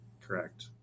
correct